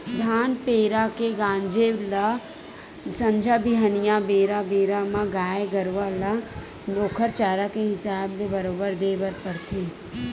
धान पेरा के गांजे ल संझा बिहनियां बेरा बेरा म गाय गरुवा ल ओखर चारा के हिसाब ले बरोबर देय बर परथे